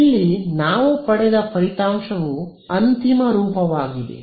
ಇಲ್ಲಿ ನಾವು ಪಡೆದ ಫಲಿತಾಂಶವು ಅಂತಿಮ ರೂಪವಾಗಿದೆ